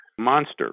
Monster